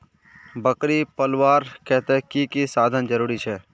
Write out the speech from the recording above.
बकरी पलवार केते की की साधन जरूरी छे?